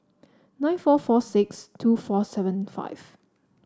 nine four four six two four seven five